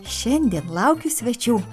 šiandien laukiu svečių